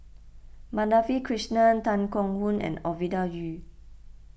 Madhavi Krishnan Tan Keong Choon and Ovidia Yu